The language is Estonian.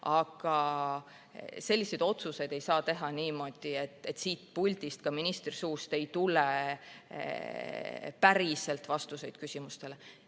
Aga selliseid otsuseid ei saa teha niimoodi, et siit puldist ka ministri suust ei tule selgeid vastuseid küsimustele.